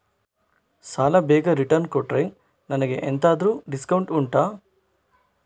ಸಾಲ ಬೇಗ ರಿಟರ್ನ್ ಕೊಟ್ರೆ ನನಗೆ ಎಂತಾದ್ರೂ ಡಿಸ್ಕೌಂಟ್ ಉಂಟಾ